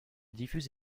diffuse